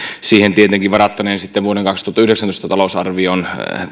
siihen tietenkin varattaneen sitten vuoden kaksituhattayhdeksäntoista talousarvioon